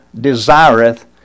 desireth